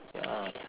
ya lah